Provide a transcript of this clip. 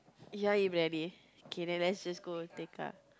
you want eat briyani okay then let's just go Tekka